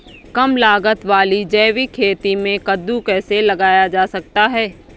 कम लागत वाली जैविक खेती में कद्दू कैसे लगाया जा सकता है?